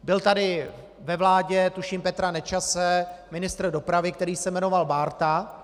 Byl tady ve vládě tuším Petra Nečase ministr dopravy, který se jmenoval Bárta.